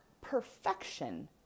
perfection